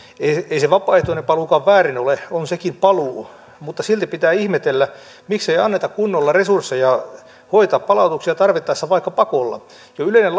ei se vapaaehtoinen paluukaan väärin ole on sekin paluu mutta silti pitää ihmetellä miksei anneta kunnolla resursseja hoitaa palautuksia tarvittaessa vaikka pakolla jo yleinen